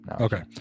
Okay